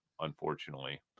unfortunately